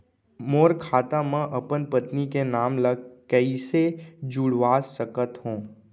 मोर खाता म अपन पत्नी के नाम ल कैसे जुड़वा सकत हो?